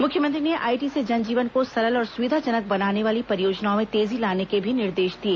मुख्यमंत्री ने आईटी से जनजीवन को सरल और सुविधाजनक बनाने वाली परियोजनाओं में तेजी लाने के भी निर्देश दिए